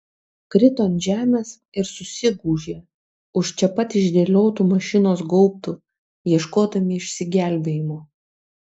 krito ant žemės ir susigūžė už čia pat išdėliotų mašinos gaubtų ieškodami išsigelbėjimo